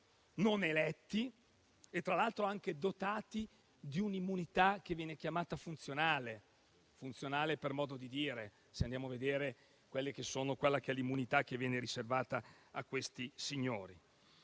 non eletti e, tra l'altro, anche dotati di un'immunità che viene chiamata funzionale (funzionale per modo di dire, se andiamo a vedere l'immunità riservata a questi signori).